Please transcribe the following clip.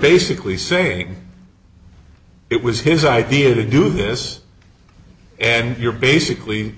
basically saying it was his idea to do this and you're basically